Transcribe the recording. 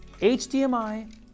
HDMI